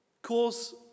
cause